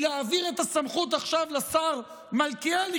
הוא להעביר את הסמכות עכשיו לשר מלכיאלי,